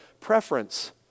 preference